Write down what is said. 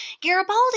Garibaldi